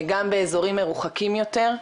גם באזורים מרוחקים יותר,